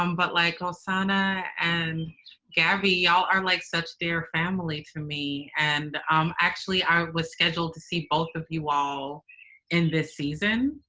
um but like, rosana and gabby y'all are like such dear family to me. and um actually i was scheduled to see both of you all in this season.